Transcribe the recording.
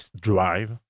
drive